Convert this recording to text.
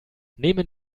nehmen